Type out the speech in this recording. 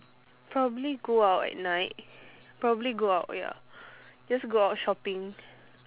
probably go out at night probably go out ya just go out shopping